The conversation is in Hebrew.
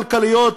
כלכליות,